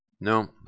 No